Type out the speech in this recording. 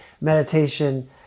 meditation